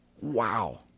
wow